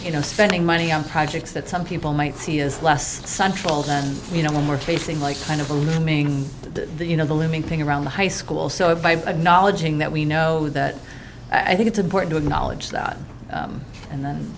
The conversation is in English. you know spending money on projects that some people might see is less sun trawled and you know when we're facing like kind of looming you know the living thing around the high school so if i have knowledge in that we know that i think it's important to acknowledge that and then